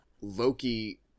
Loki